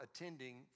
attending